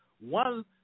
one